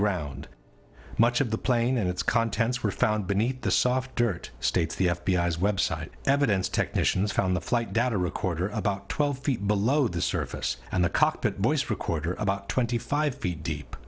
ground much of the plane and its contents were found beneath the soft dirt states the f b i has website evidence technicians found the flight data recorder about twelve feet below the surface and the cockpit voice recorder about twenty five feet deep